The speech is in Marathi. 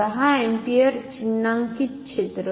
10 अँपिअर चिन्हांकित क्षेत्र